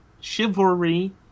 Chivalry